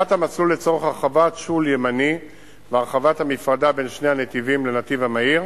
המסלול לצורך הרחבת שול ימני והרחבת המפרדה בין שני הנתיבים לנתיב המהיר,